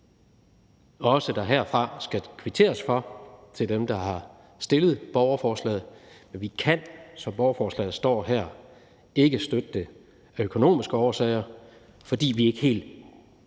også at der herfra skal kvitteres for over for dem, der har stillet borgerforslaget. Men som borgerforslaget ligger her, kan vi ikke støtte det af økonomiske årsager, fordi vi ikke er